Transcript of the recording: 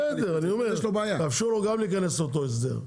בסדר, אני אומר, תאפשרו לו גם להיכנס לאותו הסדר.